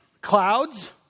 Clouds